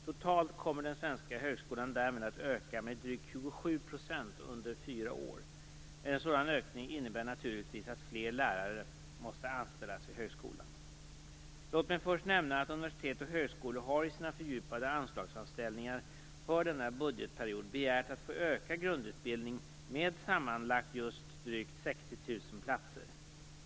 Total kommer den svenska högskolan att öka med drygt 27 % under fyra år. En sådan ökning innebär naturligtvis att fler lärare måste anställas vid högskolan. Låt mig först nämna att universitet och högskolor i sina fördjupade anslagsframställningar för denna budgetperiod har begärt att få öka grundutbildningen med sammanlagt just drygt 60 000 platser.